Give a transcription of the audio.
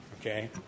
okay